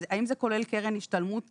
האם זה כולל קרן השתלמות